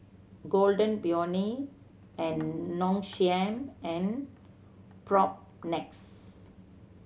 Golden Peony and Nong Shim and Propnex